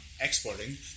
exporting